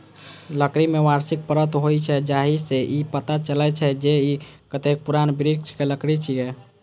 लकड़ी मे वार्षिक परत होइ छै, जाहि सं ई पता चलै छै, जे ई कतेक पुरान वृक्षक लकड़ी छियै